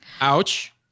Ouch